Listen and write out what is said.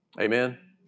Amen